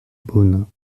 beaune